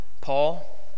Paul